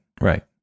Right